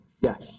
Yes